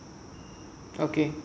okay